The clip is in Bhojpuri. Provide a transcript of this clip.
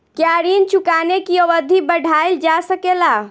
क्या ऋण चुकाने की अवधि बढ़ाईल जा सकेला?